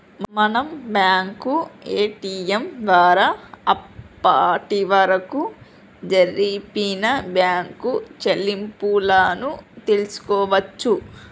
మనం bank ATM ద్వారా అప్పటివరకు జరిపిన బ్యేంకు చెల్లింపులను తెల్సుకోవచ్చు